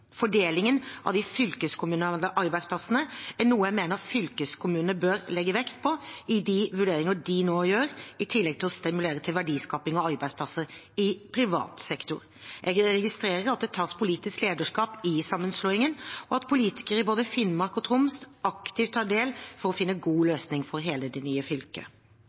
av de fylkeskommunale arbeidsplassene er noe jeg mener fylkeskommunene bør legge vekt på i de vurderingene de nå gjør, i tillegg til å stimulere til verdiskaping og arbeidsplasser i privat sektor. Jeg registrerer at det tas politisk lederskap i sammenslåingen, og at politikere i både Finnmark og Troms aktivt tar del for å finne gode løsninger for hele det nye fylket.